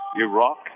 Iraq